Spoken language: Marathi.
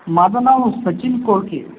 माझं नाव सचिन कोलके